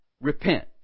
repent